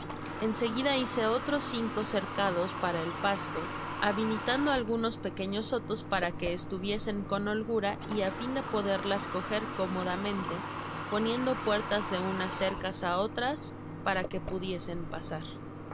seguida hice otros cinco cercados para el pasto habilitando algunos pequeños sotos para que estuviesen con holgura y á fin de poderlas coger cómodamente poniendo puertas de unas cercas á otras para que pudiesen pasar